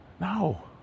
No